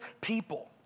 people